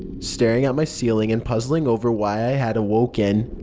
staring at my ceiling and puzzling over why i had awoken.